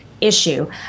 issue